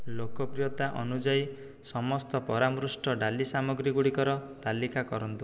ଲୋକପ୍ରିୟତା ଅନୁଯାୟୀ ସମସ୍ତ ପରାମୃଷ୍ଟ ଡାଲି ସାମଗ୍ରୀ ଗୁଡ଼ିକର ତାଲିକା କରନ୍ତୁ